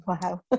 Wow